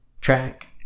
track